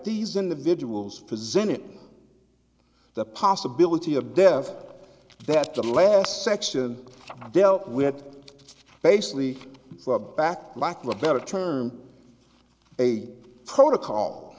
these individuals presented the possibility of death that the last section dealt with it basically back black a better term a protocol